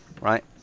right